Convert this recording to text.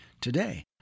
Today